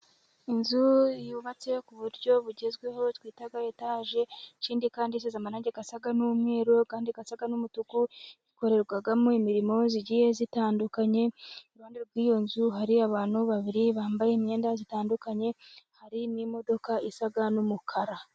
Inzu yubatse ku buryo bugezweho twita etaje, ikindi kandi isize amarange asa n'umweru, andi asa n'umutuku, ikorerwamo imirimo igiye itandukanye, iruhande rw'iyo nzu hari abantu babiri bambaye imyenda itandukanye, hari n'imodoka isa n'umukara.